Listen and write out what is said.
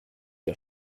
der